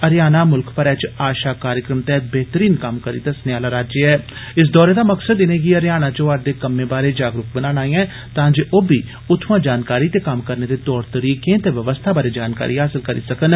हरियाणा मुल्ख भरै च आशा कार्यक्रम तैहत बेहतरीन कम्म करी दस्सने आला राज्य ऐ इस दौरे दा मकसद इनेंगी हरियाणा च होआ'रदे कम्मे बारै जागरूक बनाना ऐ तां जे ओ बी उत्थुआं जानकारी ते कम्म करने दे तौर तरीकें ते व्यवस्था बारै जानकारी हासल करी सकन